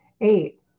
eight